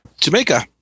jamaica